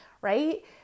right